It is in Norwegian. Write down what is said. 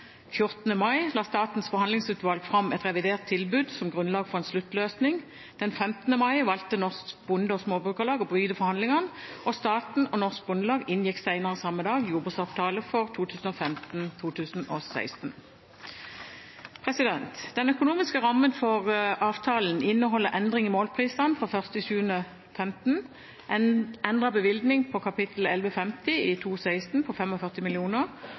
mai la Statens forhandlingsutvalg fram et revidert tilbud som grunnlag for en sluttløsning. Den 15. mai valgte Norsk Bonde- og Småbrukarlag å bryte forhandlingene, og staten og Norges Bondelag inngikk senere samme dag jordbruksavtale for 2015–2016. Den økonomiske rammen for avtalen inneholder endring i målprisene fra 1. juli 2015, endret bevilgning på kap. 1150 i 2016 på